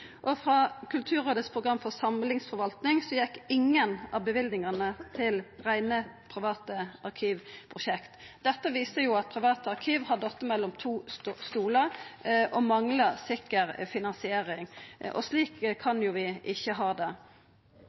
for samlingsforvaltning gjekk ingen av løyvingane til reine private arkivprosjekt. Dette viser at private arkiv har falle mellom to stolar og manglar sikker finansiering. Slik kan vi ikkje ha det.